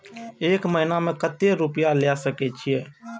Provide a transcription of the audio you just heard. एक महीना में केते रूपया ले सके छिए?